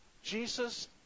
Jesus